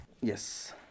Yes